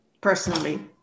Personally